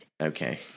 Okay